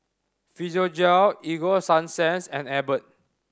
Physiogel Ego Sunsense and Abbott